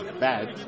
bad